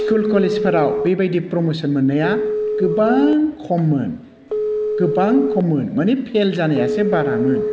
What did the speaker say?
school कलेजफोराव बेबादि promotion मोन्नाया गोबां खममोन गोबां खममोन माने फेल जानायासो बारामोन